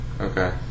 Okay